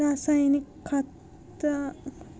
रासायनिक खतांमुळे जमिनीची सुपिकता कमी होते का?